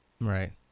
Right